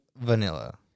vanilla